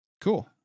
Cool